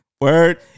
Word